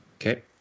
Okay